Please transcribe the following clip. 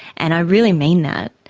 and i really mean that.